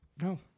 No